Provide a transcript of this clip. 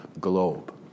globe